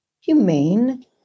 humane